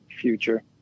future